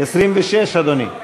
26, אדוני?